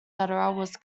was